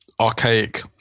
archaic